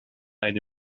eine